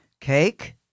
Cake